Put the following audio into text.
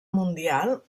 mundial